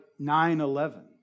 9-11